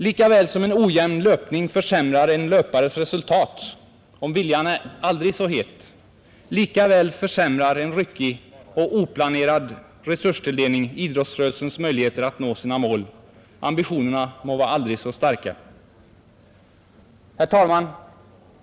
Lika väl som en ojämn löpning försämrar en löpares resultat även om viljan är aldrig så het, lika väl försämrar en ryckig och oplanerad resurstilldelning idrottsrörelsens möjligheter att nå sina mål — ambitionerna må vara aldrig så starka. Herr talman!